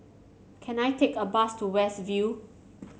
can I take a bus to West View